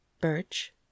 birch